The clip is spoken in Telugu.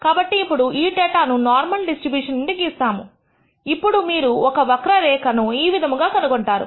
కాబట్టి ఇప్పుడు ఈ డేటా ను నార్మల్ డిస్ట్రిబ్యూషన్ నుండి గీసాము అప్పుడు మీరు మీరు ఒక వక్ర రేఖ ను ఈ విధముగా కనుగొంటారు